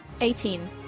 Eighteen